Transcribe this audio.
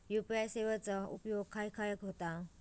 UPI सेवेचा उपयोग खाय खाय होता?